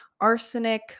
arsenic